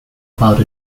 about